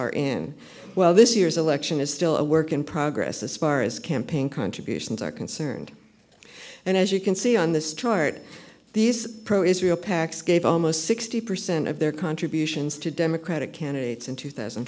are in well this year's election is still a work in progress the spars campaign contributions are concerned and as you can see on this chart these pro israel pacs gave almost sixty percent of their contributions to democratic candidates in two thousand